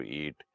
eat